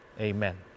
amen